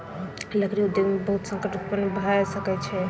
लकड़ी उद्योग में बहुत संकट उत्पन्न भअ सकै छै